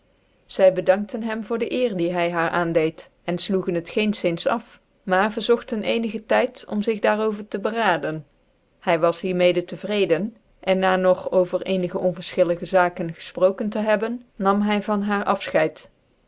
zy bedank'tc hem voorde eer die hy haar aandeed cn flocgen het geenfins af maar verzogtcn ccnigc tyd om zig daar over tc beraden hy was hier mede te vreeden en na nog over ecnigc onvtrfchillige zaken gefproken tc hebben nam hy van haar afïcheid